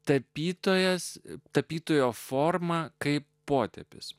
tapytojas tapytojo forma kaip potėpis